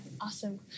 awesome